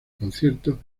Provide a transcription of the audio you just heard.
concierto